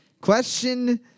Question